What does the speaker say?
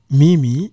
mimi